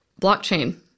blockchain